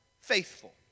faithful